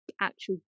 actual